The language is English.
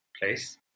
place